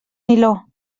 niló